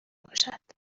باشد